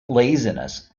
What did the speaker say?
laziness